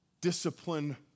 discipline